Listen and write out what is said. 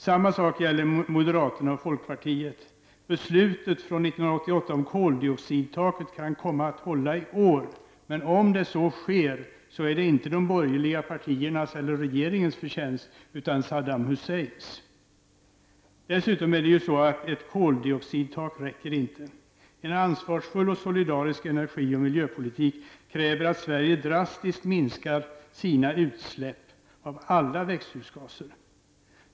Samma sak gäller moderaterna och folkpartiet. Beslutet från 1988 om koldioxidtaket kommer kanske att hålla i år, men om så sker är det inte de borgerliga partiernas eller regeringens förtjänst, utan Saddam Husseins. Dessutom är det ju så att ett koldioxidtak inte räcker. En ansvarsfull och solidarisk energi och miljöpolitik kräver att Sverige drastiskt minskar sina utsläpp av alla växthusgaser.